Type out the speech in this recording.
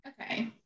Okay